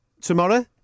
tomorrow